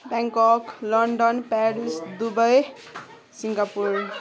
Bangkok London Paris Dubai Singapore